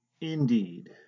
Indeed